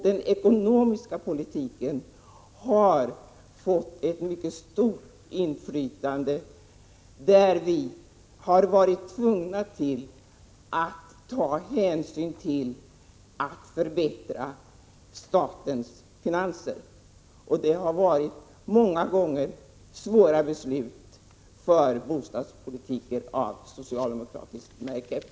Den ekonomiska politiken har fått ett mycket stort inflytande, och vi har varit tvungna att ta hänsyn till att statens finanser måste förbättras. Det har många gånger varit svåra beslut för en bostadspolitik av socialdemokratiskt — Prot. 1986/87:123 märke. 14 maj 1987